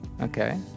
Okay